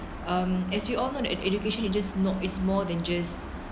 um as we all know that ed~ education it just not it's more than just